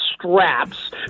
straps